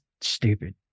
stupid